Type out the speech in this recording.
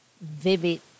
vivid